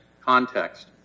context